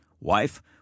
wife